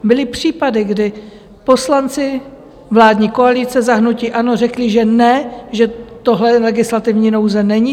Byly případy, kdy poslanci vládní koalice za hnutí ANO řekli, že ne, že tohle legislativní nouze není.